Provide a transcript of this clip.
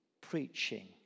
preaching